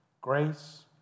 Grace